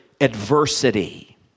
adversity